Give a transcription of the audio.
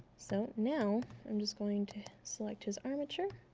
so now, i'm just going to select his armature